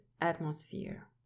atmosphere